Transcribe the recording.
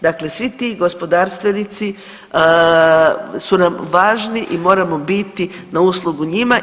Dakle, svi ti gospodarstvenici su nam važni i moramo biti na uslugu njima.